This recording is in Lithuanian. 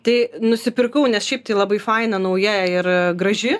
tai nusipirkau nes šiaip tai labai faina nauja ir graži